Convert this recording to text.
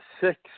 six